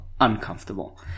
uncomfortable